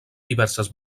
diverses